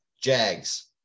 Jags